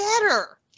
better